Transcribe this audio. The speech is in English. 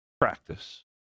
practice